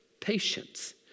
Patience